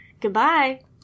Goodbye